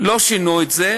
לא שינו את זה,